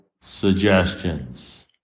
suggestions